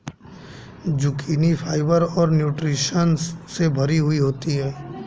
zucchini fibre और nutritions से भरी हुई होती है